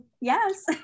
Yes